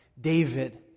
David